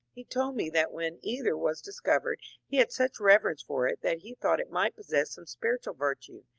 he told me that when ether was discovered he had such reverence for it that he thought it might possess some spiritual virtue,